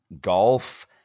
golf